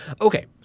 Okay